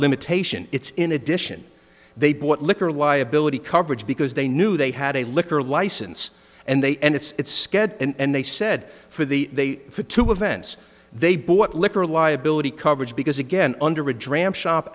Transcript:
limitation it's in addition they bought liquor liability coverage because they knew they had a liquor license and they and it's scheduled and they said for the for two events they bought liquor liability coverage because again under a dram shop